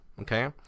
okay